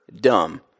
dumb